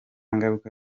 ngaruka